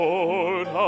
Lord